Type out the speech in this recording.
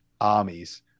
armies